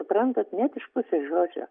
suprantat net iš pusės žodžio